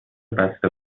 بسته